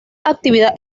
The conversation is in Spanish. actividad